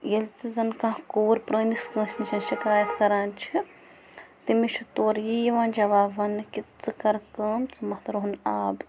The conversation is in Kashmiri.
ییٚلہِ تہِ زَن کانٛہہ کوٗر پرٛٲنِس کٲنٛسہِ نِش شِکایت کران چھِ تٔمِس چھِ تورٕ یی یِوان جواب ونٛنہٕ کہِ ژٕ کر کٲم ژٕ مَتھ رۄہنہٕ آب